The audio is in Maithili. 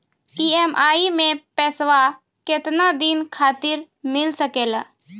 ई.एम.आई मैं पैसवा केतना दिन खातिर मिल सके ला?